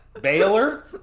Baylor